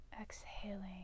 exhaling